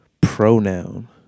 pronoun